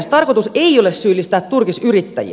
tarkoitus ei ole syyllistää turkisyrittäjiä